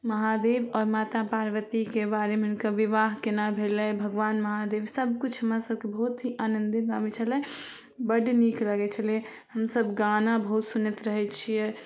महादेव आओर माता पार्वतीके बारेमे हुनकर विवाह कोना भेलै भगवान महादेव सबकिछु हमरासभकेँ बहुत ही आनन्दित आबै छलै बड्ड नीक छलै हमसभ गाना बहुत सुनैत रहै छिए